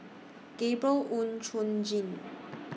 Gabriel Oon Chong Jin